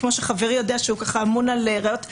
כמו שחברי יודע שהוא אמון על ראיות,